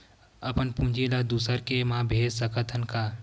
अपन पूंजी ला दुसर के मा भेज सकत हन का?